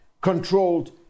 controlled